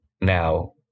Now